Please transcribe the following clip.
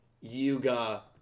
Yuga